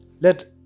Let